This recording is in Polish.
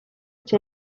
cię